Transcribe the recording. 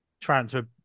transfer